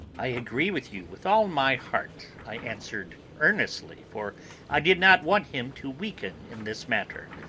i agree with you with all my heart, i answered earnestly, for i did not want him to weaken in this matter.